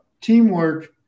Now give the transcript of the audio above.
teamwork